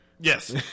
Yes